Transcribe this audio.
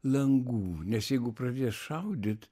langų nes jeigu pradės šaudyt